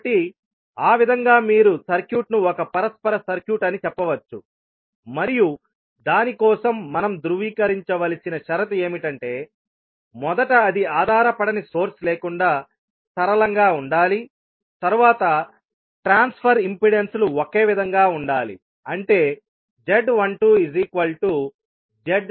కాబట్టి ఆ విధంగా మీరు సర్క్యూట్ ను ఒక పరస్పర సర్క్యూట్ అని చెప్పవచ్చు మరియు దాని కోసం మనం ధృవీకరించవలసిన షరతు ఏమిటంటే మొదట అది ఆధారపడని సోర్స్ లేకుండా సరళంగా ఉండాలితరువాత ట్రాన్స్ఫర్ ఇంపెడెన్సులు ఒకే విధంగా ఉండాలి అంటే z12 z21